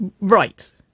Right